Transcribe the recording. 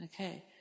Okay